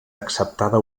acceptada